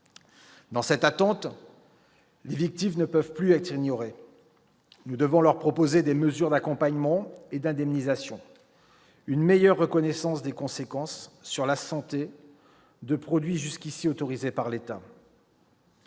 Dans cette attente, les victimes ne peuvent plus être ignorées : nous devons leur proposer des mesures d'accompagnement et d'indemnisation, une meilleure reconnaissance des conséquences, sur la santé, de produits jusqu'à présent autorisés par l'État.